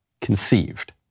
conceived